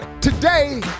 Today